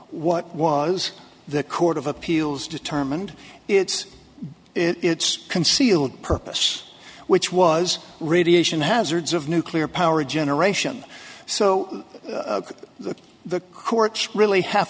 what was the court of appeals determined its its concealed purpose which was radiation hazards of nuclear power generation so that the courts really have